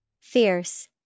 Fierce